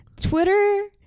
Twitter